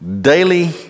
daily